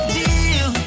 deal